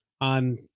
on